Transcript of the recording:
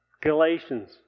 Galatians